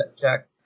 Jack